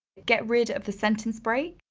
get rid of the sentence break,